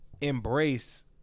embrace